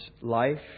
life